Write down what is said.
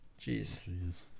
Jeez